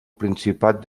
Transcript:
principat